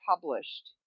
published